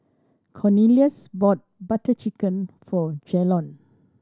Cornelious bought Butter Chicken for Jalon